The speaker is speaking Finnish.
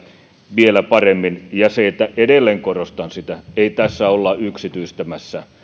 vielä paremmin ja edelleen korostan ei tässä olla yksityistämässä